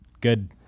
good